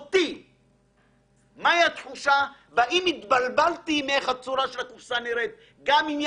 או איסור סימון על אריזה או חפיסה של מוצר עישון; בתקנות לפי סעיף קטן